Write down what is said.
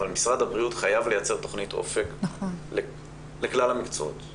אבל משרד הבריאות חייב לייצר תוכנית אופק לכלל המקצועות.